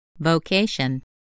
Vocation